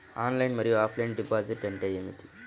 Online మరియు offline deposit అంటే ఏమిటి?